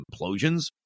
implosions